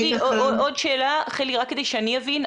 עוד שאלה, חלי, רק כדי שאני אבין.